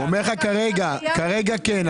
הוא אומר לך: "כרגע כן",